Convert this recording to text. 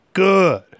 good